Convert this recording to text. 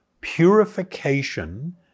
purification